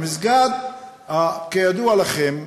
המסגד, כידוע לכם,